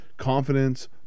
confidence